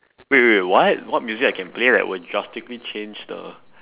wait wait what what music I can play that will drastically change the